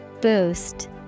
Boost